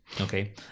Okay